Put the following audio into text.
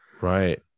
right